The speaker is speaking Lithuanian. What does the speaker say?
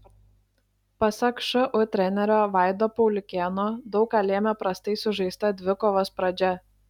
pasak šu trenerio vaido pauliukėno daug ką lėmė prastai sužaista dvikovos pradžia